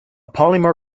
polymer